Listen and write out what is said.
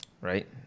right